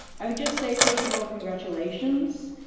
i would just say first of all congratulations.